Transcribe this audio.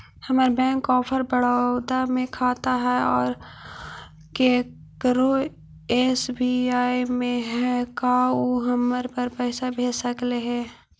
हमर bank of Baroda में खाता है और केकरो एस.बी.आई में है का उ हमरा पर पैसा भेज सकले हे?